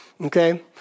okay